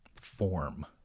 form